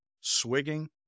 swigging